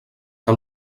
que